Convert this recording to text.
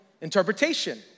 interpretation